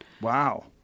Wow